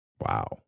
Wow